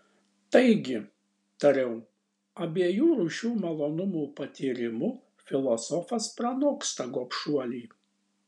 taigi tariau abiejų rūšių malonumų patyrimu filosofas pranoksta gobšuolį